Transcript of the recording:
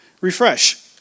Refresh